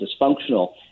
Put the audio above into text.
dysfunctional